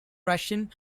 russian